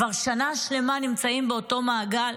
כבר שנה שלמה נמצאים באותו מעגל,